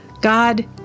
God